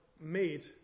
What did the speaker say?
made